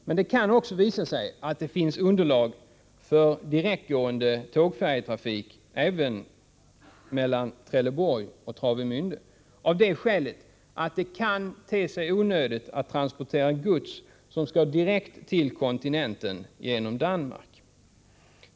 Men det kan också visa sig att det finns underlag för direktgående tågfärjetrafik även mellan Trelleborg och Travemände, av det skälet att det kan te sig onödigt att transportera gods, som skall direkt till kontinenten, genom Danmark.